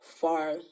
far